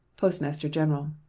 postmaster-general.